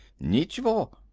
nichevo.